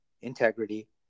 integrity